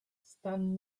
stan